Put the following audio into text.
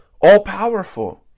all-powerful